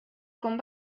com